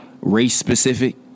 race-specific